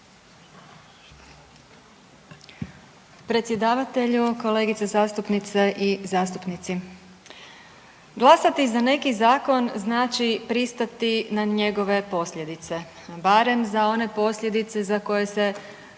Predsjedavatelju, kolegice zastupnice i zastupnici. Glasati za neki zakon znači pristati na njegove posljedice, barem za one posljedice za koje se